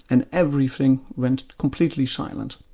and everything went completely silent.